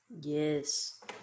Yes